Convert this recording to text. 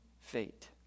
fate